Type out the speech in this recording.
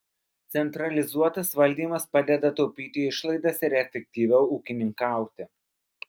centralizuotas valdymas padeda taupyti išlaidas ir efektyviau ūkininkauti